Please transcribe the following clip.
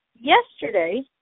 Yesterday